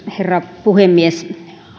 herra puhemies